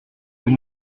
vous